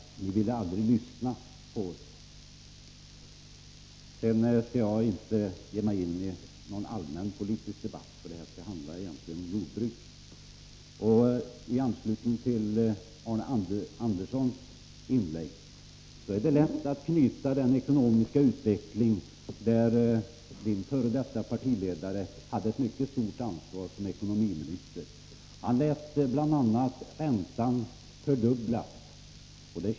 Ni ville aldrig lyssna på oss. Sedan några ord med anledning av Arne Anderssons i Ljung inlägg. Det är lätt att anknyta till den ekonomiska utveckling för vilken Arne Anderssons f. d. partiledare har haft ett mycket stort ansvar som ekonomiminister. Han lät bl.a. räntorna fördubblas.